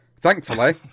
Thankfully